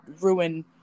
ruin